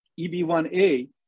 EB1A